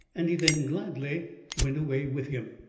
and he then gladly went away with him.